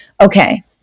Okay